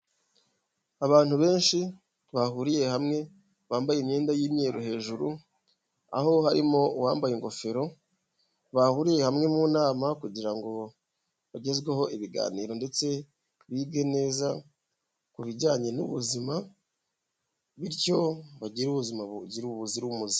Abantu benshi bahuriye hamwe bambaye imyenda y'umweru hejuru aho harimo uwambaye ingofero bahuriye hamwe mu nama kugira ngo bagezweho ibiganiro ndetse bige neza ku bijyanye n'ubuzima bityo bagire ubuzima buzira umuze.